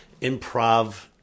improv